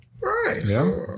Right